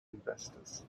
investors